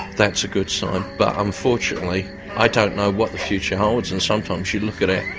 that's a good sign, but unfortunately i don't know what the future holds. and sometimes you look at it